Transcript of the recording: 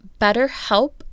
BetterHelp